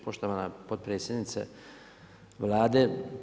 Poštovana potpredsjednice Vlade.